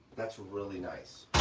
that's really nice.